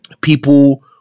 people